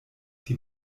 die